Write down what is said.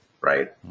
right